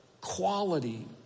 quality